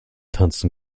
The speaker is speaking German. tanzen